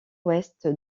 ouest